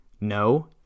No